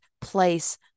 place